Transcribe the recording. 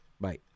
bye